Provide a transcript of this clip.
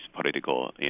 political